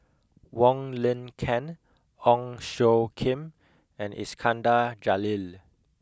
Wong Lin Ken Ong Tjoe Kim and Iskandar Jalil